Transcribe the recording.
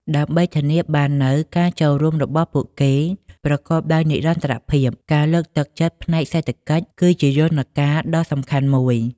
ដើម្បីធានាបាននូវការចូលរួមរបស់ពួកគេ ប្រកបដោយនិរន្តរភាព ការលើកទឹកចិត្តផ្នែកសេដ្ឋកិច្ច គឺជាយន្តការដ៏សំខាន់មួយ។